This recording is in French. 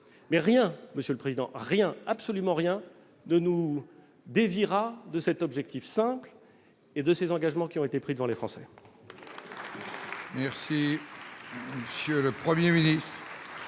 mais rien, monsieur le président Kanner, absolument rien ne nous fera dévier de cet objectif simple et des engagements qui ont été pris devant les Français.